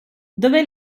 dove